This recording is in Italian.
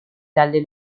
dalle